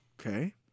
Okay